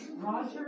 Roger